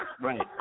right